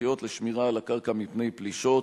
ההכרחיות לשמירה על הקרקע מפני פלישות?